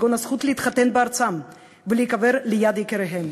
כגון הזכות להתחתן בארצם ולהיקבר ליד יקיריהם,